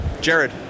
Jared